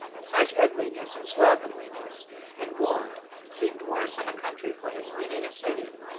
such ugliness and slovenliness and want seemed worse in a country place than in a city.